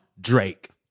Drake